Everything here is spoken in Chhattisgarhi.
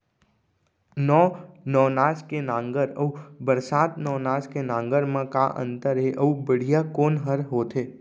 नौ नवनास के नांगर अऊ बरसात नवनास के नांगर मा का अन्तर हे अऊ बढ़िया कोन हर होथे?